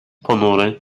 ponury